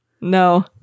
No